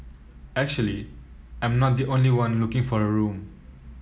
actually I'm not the only one looking for a room